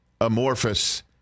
amorphous